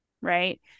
Right